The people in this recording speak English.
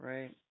Right